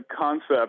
concept